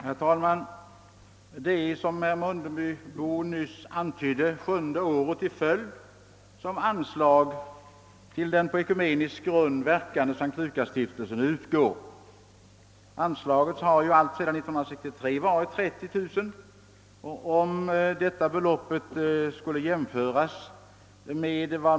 Herr talman! Det är, som herr Mundebo nyss antydde, sjunde året i följd som statsanslag till den på ekumenisk grund verkande S:t Lukasstiftelsen föreslås utgå. Anslaget har ju alltsedan 1963 varit 30 000 kronor.